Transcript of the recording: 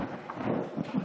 בבקשה.